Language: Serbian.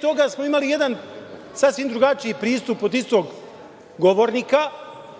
toga smo imali jedan sasvim drugačiji pristup od istog govornika